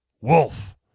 Wolf